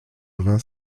vingts